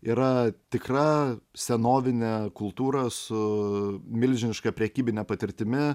yra tikra senovinė kultūra su milžiniška prekybine patirtimi